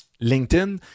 LinkedIn